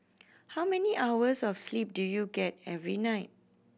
how many hours of sleep do you get every night